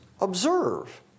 observe